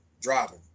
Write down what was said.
driving